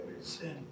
Sin